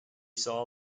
saw